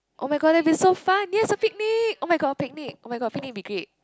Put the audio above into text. oh-my-god that will be so fun yes a picnic oh-my-god a picnic oh-my-god picnic will be great